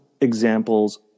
examples